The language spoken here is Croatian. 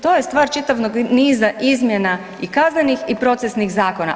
To je stvar čitavog niza izmjena i kaznenih i procesnih zakona.